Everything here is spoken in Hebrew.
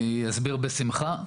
אני אסביר בשמחה.